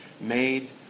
made